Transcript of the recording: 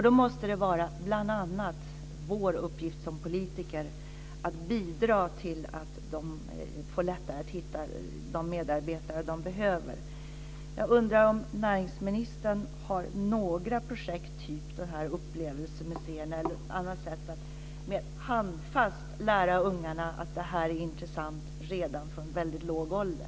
Då måste det vara bl.a. vår uppgift som politiker att bidra till att de får det lättare att hitta de medarbetare de behöver. Jag undrar om näringsministern har några projekt, typ upplevelsemuseer, eller något annat sätt att mer handfast lära ungarna att det här är intressant redan från väldigt låg ålder.